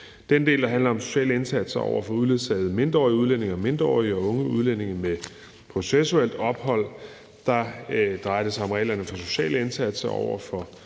den del, der handler om sociale indsatser over for uledsagede mindreårige udlændinge og mindreårige og unge udlændinge med processuelt ophold, drejer det sig om reglerne for sociale indsatser over for